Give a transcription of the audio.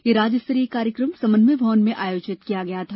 ये राज्य स्तरीय कार्यक्रम समन्वय भवन में आयोजित किया गया था